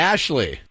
Ashley